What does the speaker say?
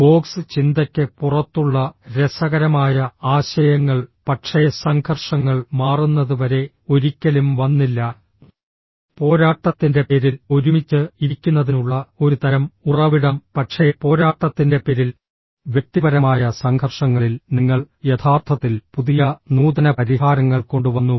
box ചിന്തയ്ക്ക് പുറത്തുള്ള രസകരമായ ആശയങ്ങൾ പക്ഷേ സംഘർഷങ്ങൾ മാറുന്നതുവരെ ഒരിക്കലും വന്നില്ല പോരാട്ടത്തിന്റെ പേരിൽ ഒരുമിച്ച് ഇരിക്കുന്നതിനുള്ള ഒരു തരം ഉറവിടം പക്ഷേ പോരാട്ടത്തിന്റെ പേരിൽ വ്യക്തിപരമായ സംഘർഷങ്ങളിൽ നിങ്ങൾ യഥാർത്ഥത്തിൽ പുതിയ നൂതന പരിഹാരങ്ങൾ കൊണ്ടുവന്നു